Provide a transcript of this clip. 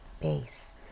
base